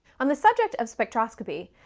on the subject of spectroscopy,